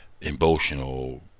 emotional